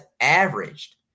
averaged